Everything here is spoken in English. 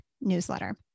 newsletter